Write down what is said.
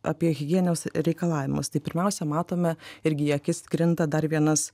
apie higieninos reikalavimus tai pirmiausia matome irgi į akis krinta dar vienas